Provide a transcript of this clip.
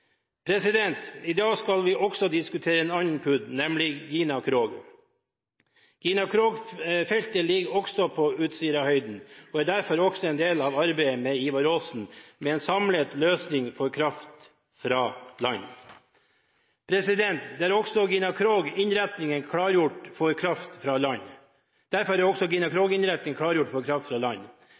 I dag skal vi også diskutere en annen PUD, nemlig Gina Krog. Gina Krog-feltet ligger også på Utsirahøyden, og er derfor også en del av det samme arbeidet som Ivar Aasen-feltet med en samlet løsning for kraft fra land. Derfor er også Gina Krog-innretningen klargjort for kraft fra land.